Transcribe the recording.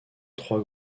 trois